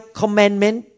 commandment